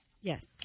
Yes